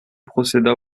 procéda